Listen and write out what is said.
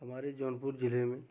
हमारे जौनपुर जिले में